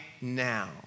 now